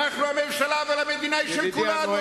אנחנו הממשלה, אבל המדינה היא של כולנו.